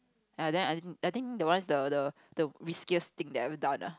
and then I think that one the the the riskiest thing that I ever done ah